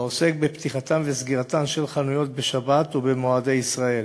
העוסק בפתיחתן וסגירתן של חנויות בשבת ובמועדי ישראל.